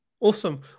Awesome